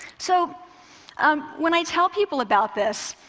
so um when i tell people about this,